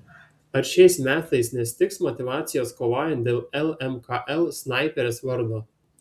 ar šiais metais nestigs motyvacijos kovojant dėl lmkl snaiperės vardo